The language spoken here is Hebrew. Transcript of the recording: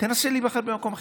תנסה להיבחר במקום אחר.